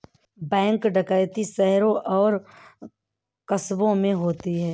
bank डकैती शहरों और कस्बों में होती है